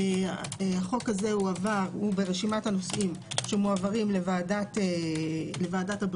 החוק הזה הועבר הוא ברשימת הנושאים שמועברים לוועדת הבריאות.